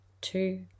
Two